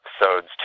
episodes